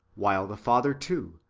while the father, too,